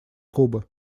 кубы